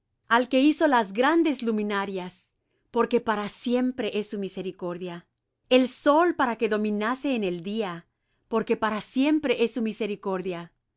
al que hizo las grandes luminarias porque para siempre es su misericordia el sol para que dominase en el día porque para siempre es su misericordia